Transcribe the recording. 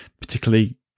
particularly